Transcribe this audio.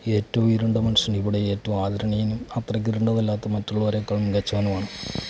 ഏറ്റവും ഇരുണ്ട മനുഷ്യൻ ഇവിടെ ഏറ്റവും ആദരണീയനും അത്രയ്ക്ക് ഇരുണ്ടതല്ലാത്ത മറ്റുള്ളവരെക്കാള് മികച്ചവനുമാണ്